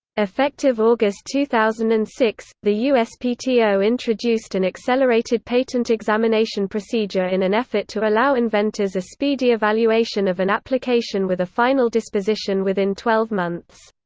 effective august two thousand and six, the uspto introduced an accelerated patent examination procedure in an effort to allow inventors a speedy evaluation of an application with a final disposition within twelve months.